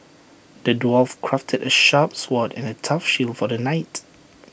the dwarf crafted A sharp sword and A tough shield for the knight